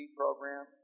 program